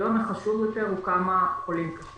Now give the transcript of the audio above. הקריטריון החשוב יותר הוא כמה חולים קשים?